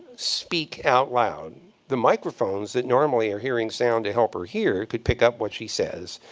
speak out loud, the microphones that normally are hearing sound to help her hear could pick up what she says.